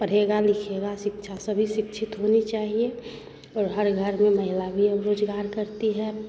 पढ़ेगा लिखेगा शिक्षा सभी शिक्षित होनी चाहिए और हर घर में महिला भी अब रोज़गार करती है